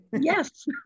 Yes